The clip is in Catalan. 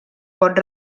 pot